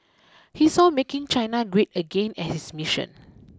he saw making China great again as his mission